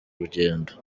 rugendo